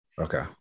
okay